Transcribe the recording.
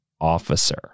officer